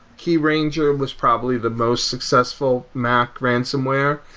keyranger was probably the most successful mac ransom ware,